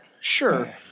Sure